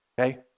Okay